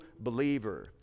believer